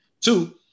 Two